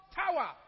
tower